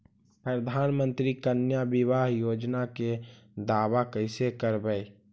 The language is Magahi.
प्रधानमंत्री कन्या बिबाह योजना के दाबा कैसे करबै?